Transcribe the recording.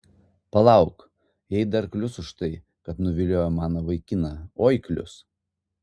palauk jai dar klius už tai kad nuviliojo mano vaikiną oi klius